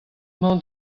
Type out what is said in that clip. emañ